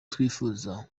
twifuza